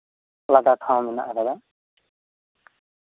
ᱟᱞᱟᱫᱟ ᱴᱷᱟᱶ ᱢᱮᱱᱟᱜ ᱠᱟᱫᱟ